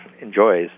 enjoys